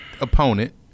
opponent